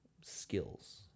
skills